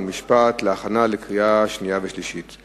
חוק ומשפט לשם הכנתה לקריאה שנייה ולקריאה שלישית.